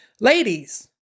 ladies